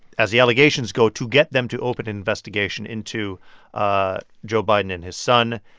as the allegations go, to get them to open investigation into ah joe biden and his son,